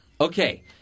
Okay